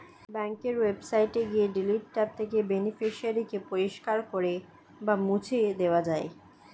ব্যাঙ্কের ওয়েবসাইটে গিয়ে ডিলিট ট্যাব থেকে বেনিফিশিয়ারি কে পরিষ্কার করে বা মুছে দেওয়া যায়